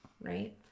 Right